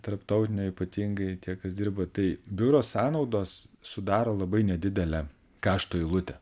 tarptautinio ypatingai tie kas dirba tai biuro sąnaudos sudaro labai nedidelę kaštų eilutę